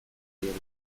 direla